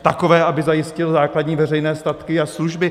Takové, aby zajistil základní veřejné statky a služby.